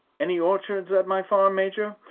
any orchards at my farm, major?